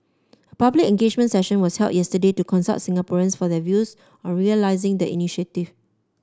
a public engagement session was held yesterday to consult Singaporeans for their views on realising the initiative